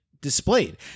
displayed